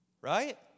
right